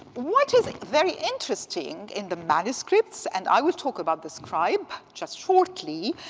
what is very interesting in the manuscripts, and i will talk about the scribe just shortly,